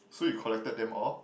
so you collected them all